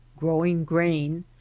growing grain,